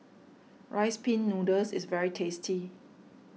Rice Pin Noodles is very tasty